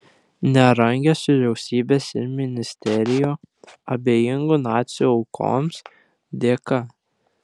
nerangios vyriausybės ir ministerijų abejingų nacių aukoms dėka